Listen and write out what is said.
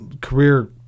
career